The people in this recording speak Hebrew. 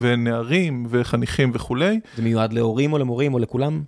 ונערים, וחניכים וכולי. זה מיועד להורים, או למורים, או לכולם?